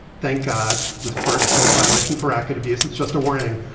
thank god the first code violation for act to to be. it's it's just a warning.